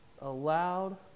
aloud